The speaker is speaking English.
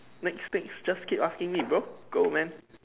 next page just keep asking me bro go man